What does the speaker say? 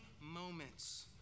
moments